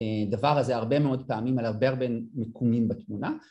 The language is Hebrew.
‫דבר הזה הרבה מאוד פעמים ‫על הרבה הרבה מיקומים בתמונה.